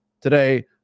today